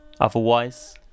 otherwise